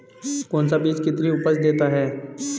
कौन सा बीज कितनी उपज देता है?